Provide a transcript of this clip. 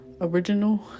original